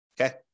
okay